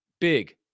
big